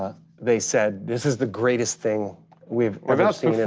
ah they said, this is the greatest thing we've we've ever seen in